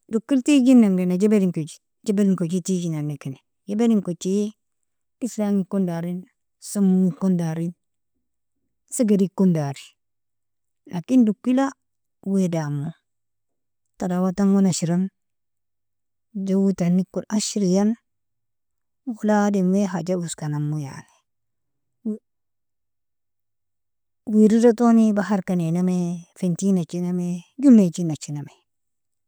Dukil tigjinangena jebelin koji tigjinakani jebelin koji, bislangi kondarin sumom kondarin segedi kondari, lakin dukila wae damo tarawatangon ashran joweitanikon ashirian wala adam wae haja oska namo, yani wirirdotoni baharkaninami fentini najinami jolinje najinami